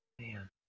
man